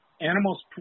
animals